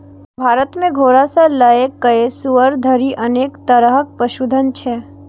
भारत मे घोड़ा सं लए कए सुअर धरि अनेक तरहक पशुधन छै